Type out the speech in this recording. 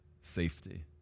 safety